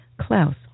Klaus